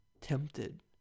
tempted